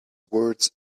words